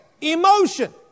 Emotion